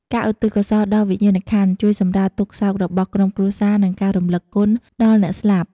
ការឧទ្ទិសកុសលដល់វិញ្ញាណក្ខន្ធ ជួយសម្រាលទុក្ខសោករបស់ក្រុមគ្រួសារ និង ការរំលឹកគុណ ដល់អ្នកស្លាប់។